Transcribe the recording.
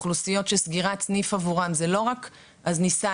אוכלוסיות שסגירת סניף עבורן זה לא רק "אז ניסע